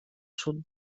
sud